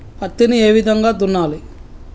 పత్తిని ఏ విధంగా దున్నాలి?